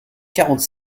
quarante